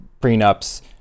prenups